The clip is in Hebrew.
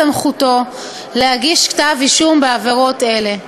סמכותו להגיש כתב-אישום בעבירות אלה.